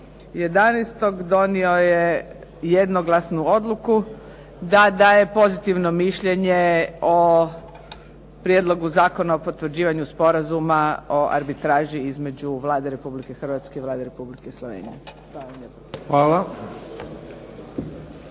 19.11. donio je jednoglasnu odluku da daje pozitivno mišljenje o Prijedlogu Zakona o potvrđivanju Sporazuma o arbitraži između Vlade Republike Hrvatske i Vlade Republike Slovenije. Hvala